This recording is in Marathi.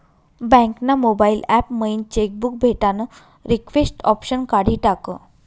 बँक ना मोबाईल ॲप मयीन चेक बुक भेटानं रिक्वेस्ट ऑप्शन काढी टाकं